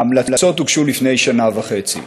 ההמלצות הוגשו לפני שנה וחצי,